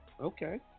Okay